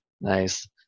Nice